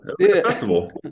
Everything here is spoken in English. Festival